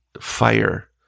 fire